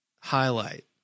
highlight